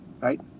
right